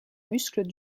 muscles